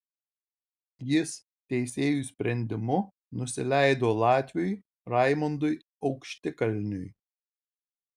jis teisėjų sprendimu nusileido latviui raimondui aukštikalniui